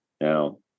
now